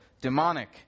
demonic